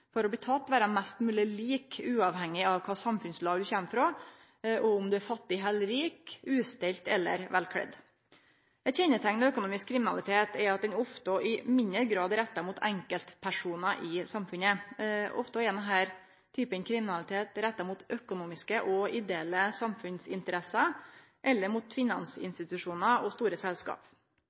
for å bli teken vere mest mogleg lik uavhengig av kva samfunnslag du kjem frå, og om du er fattig eller rik, ustelt eller velkledd. Eit kjenneteikn ved økonomisk kriminalitet er at han ofte i mindre grad er retta mot enkeltpersonar i samfunnet. Ofte er denne typen kriminalitet retta mot økonomiske og ideelle samfunnsinteresser eller mot finansinstitusjonar og store selskap.